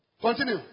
Continue